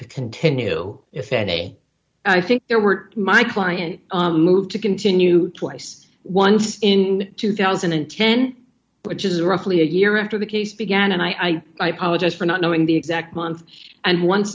to continue if any i think there were my client moved to continue twice once in two thousand and ten which is roughly a year after the case began and i apologise for not knowing the exact month and once